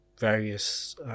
various